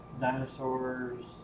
dinosaurs